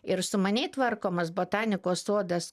ir sumaniai tvarkomas botanikos sodas